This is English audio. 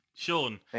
Sean